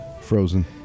frozen